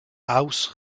house